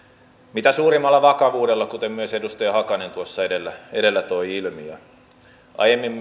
mitä suurimmalla vakavuudella kuten myös edustaja hakanen tuossa edellä edellä toi ilmi aiemmin